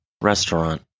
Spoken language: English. restaurant